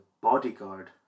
Bodyguard